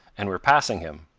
and were passing him.